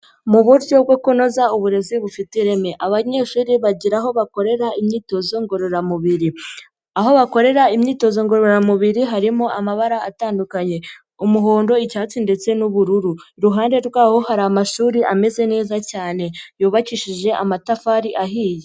Mu buryo bwo kunoza uburezi bufite ireme abanyeshuri bagira aho bakorera imyitozo ngororamubiri, aho bakorera imyitozo ngororamubiri harimo amabara atandukanye umuhondo, icyatsi ndetse n'ubururu, iruhande rwabo hari amashuri ameze neza cyane yubakishije amatafari ahiye.